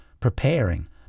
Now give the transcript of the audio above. Preparing